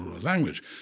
language